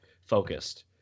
focused